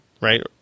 right